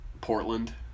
Portland